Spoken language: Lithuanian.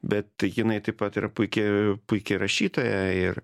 bet jinai taip pat yra puiki puiki rašytoja ir